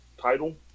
title